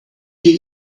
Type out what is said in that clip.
you